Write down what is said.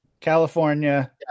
California